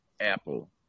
Apple